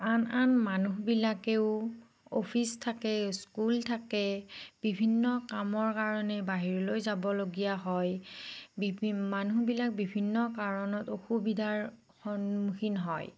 আন আন মানুহবিলাকেও অফিছ থাকে স্কুল থাকে বিভিন্ন কামৰ কাৰণে বাহিৰলৈ যাবলগীয়া হয় বিভি মানুহবিলাক বিভিন্ন কাৰণত অসুবিধাৰ সন্মুখীন হয়